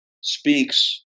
speaks